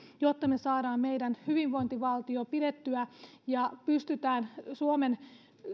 jotta me saamme meidän hyvinvointivaltiomme pidettyä ja pystymme suomen